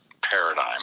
paradigm